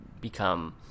become